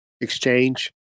exchange